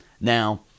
Now